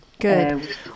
Good